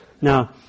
Now